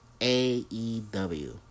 AEW